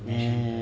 ya ya ya